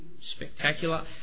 spectacular